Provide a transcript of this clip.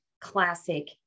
classic